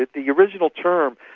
the original term,